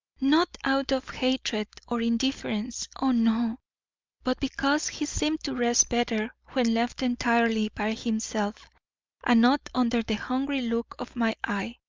not out of hatred or indifference oh, no but because he seemed to rest better when left entirely by himself and not under the hungry look of my eye.